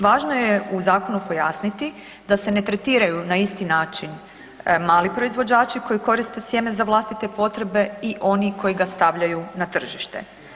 Važno je u zakonu pojasniti da se ne tretiraju na isti način mali proizvođači koji koriste sjeme za vlastite potrebe i oni koji ga stavljaju na tržište.